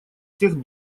всех